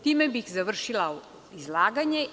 Time bih završila izlaganje.